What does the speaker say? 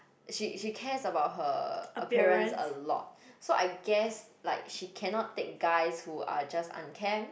she she cares about her appearance a lot so I guess like she cannot take guys who are just unkempt